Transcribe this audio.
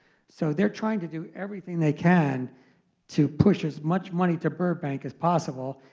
so they're trying to do everything they can to push as much money to burbank as possible.